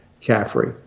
Caffrey